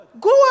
Go